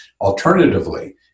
Alternatively